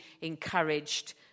encouraged